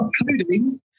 including